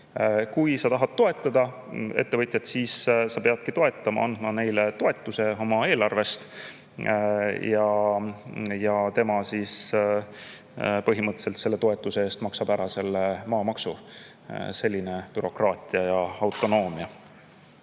Kui sa tahad ettevõtjaid toetada, siis sa pead andma neile toetuse oma eelarvest ja nemad põhimõtteliselt selle toetuse eest maksavad ära selle maamaksu. Selline bürokraatia ja autonoomia